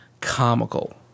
comical